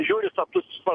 žiūri tokius